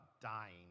dying